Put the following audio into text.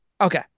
okay